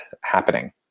happening